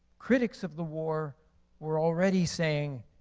critics of the war were already saying,